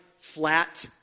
flat